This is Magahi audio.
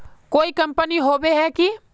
कोई कंपनी होबे है की?